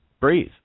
breathe